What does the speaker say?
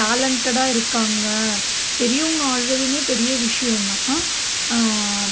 டேலன்ட்டடாக இருக்காங்க பெரியவங்க ஆடறதுமே பெரிய விஷயந்தான்